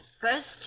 First